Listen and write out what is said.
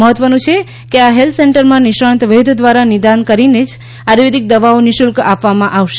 મહત્વનુ છે કે આ હેલ્થ સેન્ટરમાં નિષ્ણાંત વૈધ દ્વારા નિદાન કરીને આયુર્વેદીક દવાઓ નિશુલ્ક આપવામાં આવે છે